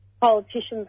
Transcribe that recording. politicians